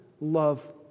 love